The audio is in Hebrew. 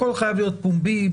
הכול חייב להיות פומבי,